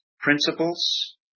principles